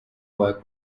work